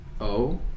O-